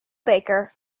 baker